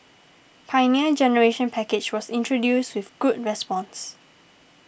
Pioneer Generation Package was introduced with good response